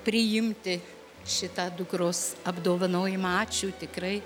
priimti šitą dukros apdovanojimą ačiū tikrai